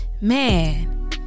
Man